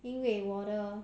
因为我的